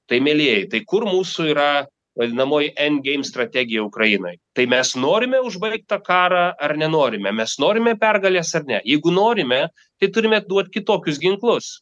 tai mielieji tai kur mūsų yra vadinamoji end geim strategija ukrainoj tai mes norime užbaigt tą karą ar nenorime mes norime pergalės ar ne jeigu norime tai turime duot kitokius ginklus